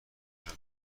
توش